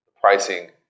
pricing